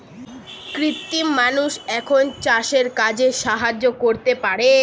কৃত্রিম মানুষ এখন চাষের কাজে সাহায্য করতে পারে